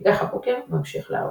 וכך הברוקר ממשיך להרוויח".